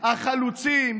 החלוצים,